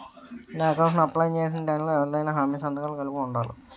నా అకౌంట్ ను అప్లై చేసి టైం లో ఎవరిదైనా హామీ సంతకాలు కలిపి ఉండలా?